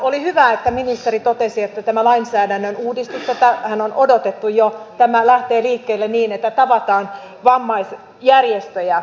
oli hyvä että ministeri totesi että tämä lainsäädännön uudistus tätähän on jo odotettu lähtee liikkeelle niin että tavataan vammaisjärjestöjä